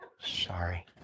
Sorry